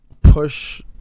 Push